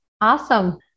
Awesome